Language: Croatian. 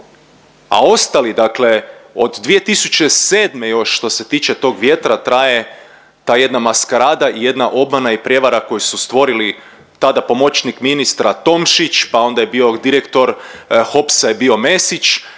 a ostali dakle od 2007. još što se tiče tog vjetra traje ta jedna maskarada i jedna obmana i prijevara koju su stvorili tada pomoćnik ministra Tomšić, pa onda je bio direktor HOPS-a je bio Mesić